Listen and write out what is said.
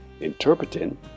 interpreting